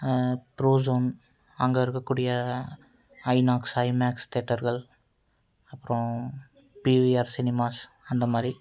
Prozone அங்கே இருக்கக்கூடிய INOX IMAX தேட்டர்கள் அப்றம் பி வி ஆர் சினிமாஸ் அந்த மாதிரி